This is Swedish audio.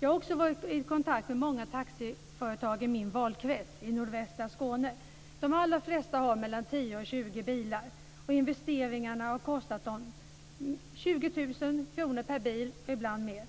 Jag har också varit i kontakt med många taxiföretag i min valkrets, i nordvästra Skåne. De allra flesta har mellan 10 och 20 bilar, och investeringarna har kostat dem 20 000 kr per bil och ibland mer.